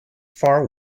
far